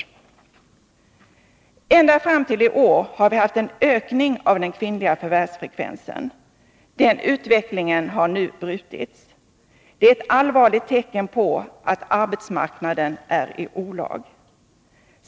regionen Ända fram till i år har vi haft en ökning av den kvinnliga förvärvsfrekvensen. Den utvecklingen har nu brutits. Det är ett allvarligt tecken på att arbetsmarknaden är i olag.